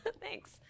Thanks